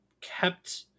kept